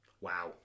Wow